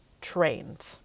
trained